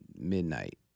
midnight